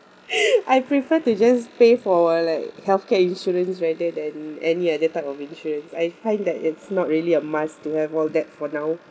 I prefer to just pay for like healthcare insurance rather than any other type of insurance I find that it's not really a must to have all that for now